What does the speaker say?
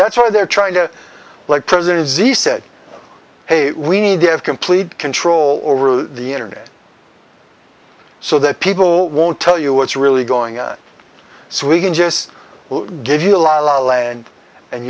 that's why they're trying to like president z said hey we need to have complete control over the internet so that people won't tell you what's really going on so we can just